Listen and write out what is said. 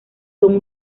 son